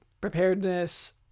preparedness